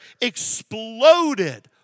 exploded